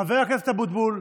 חבר הכנסת אבוטבול,